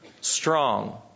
strong